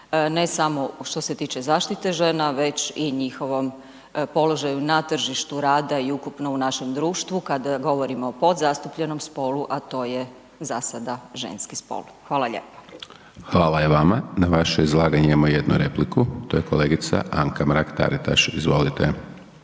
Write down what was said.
ne samo što se tiče zaštite žena, već i njihovom položaju na tržištu rada i ukupno u našem društvo, kad govorimo o podzastupljenom spolu, a to je za sada ženski spol. Hvala lijepo. **Hajdaš Dončić, Siniša (SDP)** Hvala i vama. Na vaše izlaganje imamo jednu repliku. To je kolegica Anka Mrak-Taritaš, izvolite.